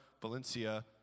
Valencia